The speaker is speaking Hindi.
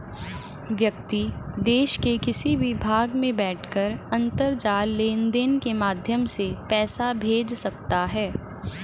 व्यक्ति देश के किसी भी भाग में बैठकर अंतरजाल लेनदेन के माध्यम से पैसा भेज सकता है